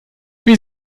wie